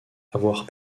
avoir